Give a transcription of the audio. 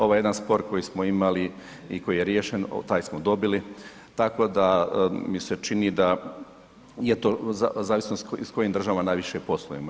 Ovo je jedan spor koji smo imali i koji je riješen, taj smo dobili tako da mi se čini da je zavisno s kojim državama najviše i poslujemo.